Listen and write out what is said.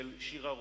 של שירה רוזן: